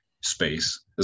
space